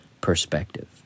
perspective